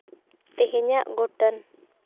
ᱛᱮᱦᱮᱧᱟᱜ ᱜᱷᱚᱴᱚᱱ